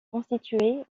constitué